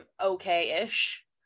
okay-ish